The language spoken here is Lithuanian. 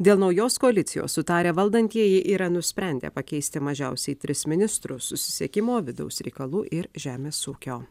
dėl naujos koalicijos sutarę valdantieji yra nusprendę pakeisti mažiausiai tris ministrus susisiekimo vidaus reikalų ir žemės ūkio